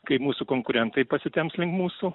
kai mūsų konkurentai pasitemps link mūsų